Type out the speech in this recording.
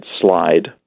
slide